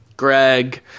Greg